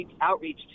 outreach